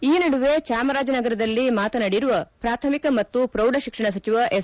ಈ ನಡುವೆ ಚಾಮರಾಜನಗರದಲ್ಲಿ ಮಾತನಾಡಿರುವ ಪ್ರಾಥಮಿಕ ಮತ್ತು ಪ್ರೌಢಶಿಕ್ಷಣ ಸಚಿವ ಎಸ್